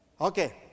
Okay